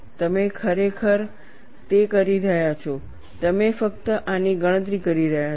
તમે ખરેખર તે કરી રહ્યા છો તમે ફક્ત આની ગણતરી કરી રહ્યા છો